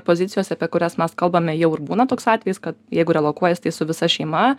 pozicijose apie kurias mes kalbame jau ir būna toks atvejis kad jeigu relokuojas tai su visa šeima